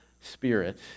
Spirit